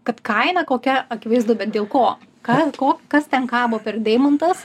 kad kaina kokia akivaizdu bet dėl ko ką ko kas ten kabo per deimantas